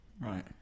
right